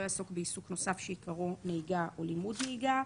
יעסוק בעיסוק נוסף שעיקרו נהיגה או לימוד נהיגה,